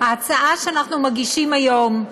ההצעה שאנחנו מגישים היום,